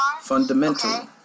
fundamental